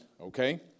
okay